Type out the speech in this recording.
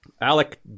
Alec